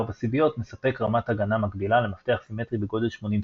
סיביות מספק רמת הגנה מקבילה למפתח סימטרי בגודל 80 סיביות.